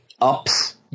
ups